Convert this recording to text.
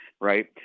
Right